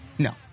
No